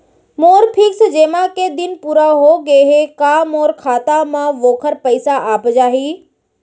मोर fix जेमा के दिन पूरा होगे हे का मोर खाता म वोखर पइसा आप जाही?